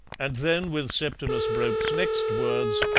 and then, with septimus brope's next words,